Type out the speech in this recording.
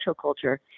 culture